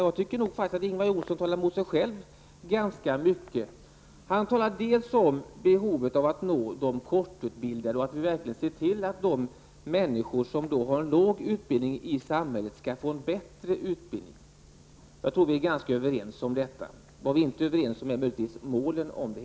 Jag tycker nog faktiskt att Ingvar Johnsson talar emot sig själv ganska mycket. Han talar om behovet av att nå de kortutbildade och av att verkligen se till att de människor i samhället som har en kort utbildning får en bättre utbildning. Jag tror att vi är ganska överens om det. Vad vi inte är överens om är möjligtvis målen om det.